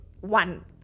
one